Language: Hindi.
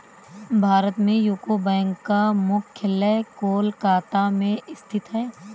भारत में यूको बैंक का मुख्यालय कोलकाता में स्थित है